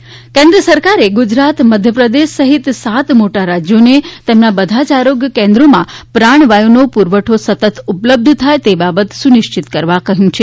પ્રાણવાયુ કેન્ક કેન્દ્ર સરકારે ગુજરાત મધ્યપ્રદેશ સહિત સાત મોટા રાજ્યોને તેમના બધા જ આરોગ્ય કેન્દ્રોમાં પ્રાણવાયુનો પુરવઠો સતત ઉપલબ્ધ થાય તે બાબત સુનિશ્ચિત કરવા કહ્યું છે